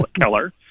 Keller